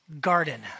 garden